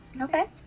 okay